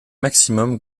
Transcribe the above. maximum